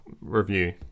review